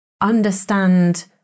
understand